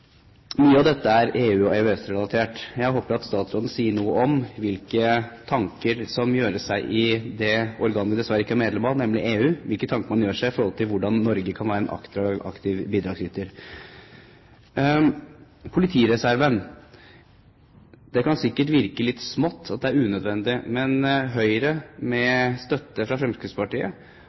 statsråden sier noe om hvilke tanker man i det organet vi dessverre ikke er medlem av, nemlig EU, gjør seg om hvordan Norge kan være en aktiv bidragsyter. Når det gjelder politireserven, kan det sikkert virke så smått at det er unødvendig, men Høyre, med støtte fra Fremskrittspartiet,